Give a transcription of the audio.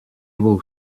will